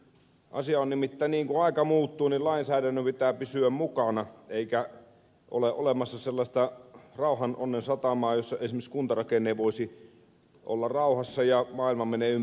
asia on nimittäin niin että kun aika muuttuu niin lainsäädännön pitää pysyä mukana eikä ole olemassa sellaista rauhan onnen satamaa jossa esimerkiksi kuntarakenne voisi olla rauhassa ja maailma menee ympärillä ohi